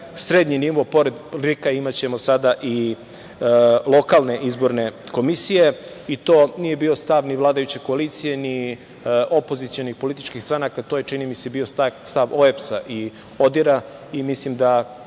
srednji nivo. Pored RIK-a imaćemo sada i lokalne izborne komisije. To nije bio stav ni vladajuće koalicije, ni opozicionih političkih stranaka, to je, čini mi se, bio stav OEBS-a i ODIR-a. Mislim da